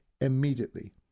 immediately